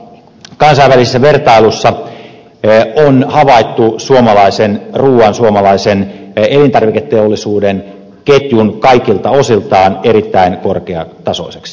ruokaturvallisuuden osalta kansainvälisessä vertailussa on havaittu suomalainen ruoka suomalainen elintarviketeollisuuden ketju kaikilta osiltaan erittäin korkeatasoiseksi